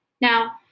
Now